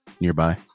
nearby